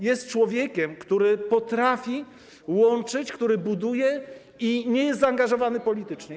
Jest człowiekiem, który potrafi łączyć, który buduje i nie jest zaangażowany politycznie.